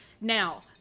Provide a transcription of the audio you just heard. Now